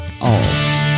off